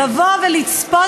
לבוא ולצפות,